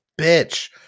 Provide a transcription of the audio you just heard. bitch